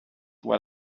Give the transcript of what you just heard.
what